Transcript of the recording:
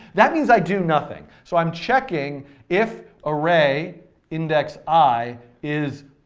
that means i do nothing. so i'm checking if array index i is,